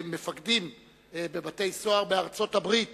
מפקדים בבתי-סוהר בארצות-הברית,